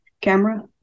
camera